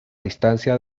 distancia